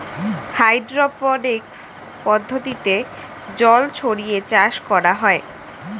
hydroponics পদ্ধতিতে জল ছড়িয়ে চাষ করা হয়